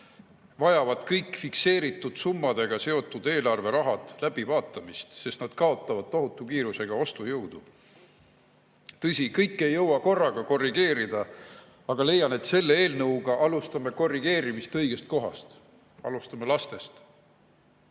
vajavad kõik fikseeritud summadega seotud eelarverahad läbivaatamist, sest need kaotavad tohutu kiirusega ostujõudu. Tõsi, kõike ei jõua korraga korrigeerida, aga leian, et selle eelnõuga alustame korrigeerimist õigest kohast. Alustame